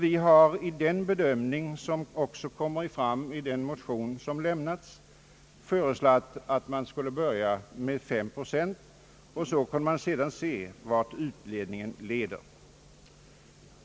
Vi har vid vår bedömning, som också kommer till uttryck i den motion som har väckts i frågan, ansett att man skulle börja med 5 procent för att se vart utvecklingen leder.